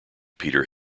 peter